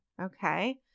okay